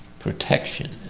protection